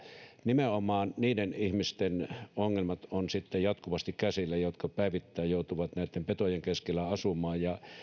nimenomaan niiden ihmisten ongelmat ovat sitten jatkuvasti käsillä jotka päivittäin joutuvat näitten petojen keskellä asumaan